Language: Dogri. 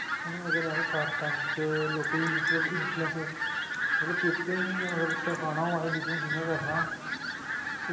हून अगर असें शार्ट टैम च लोकें ई मतलब इनफ्लुएंस मतलब लोकें अगर सखाना होऐ बिजनस इ'यां करना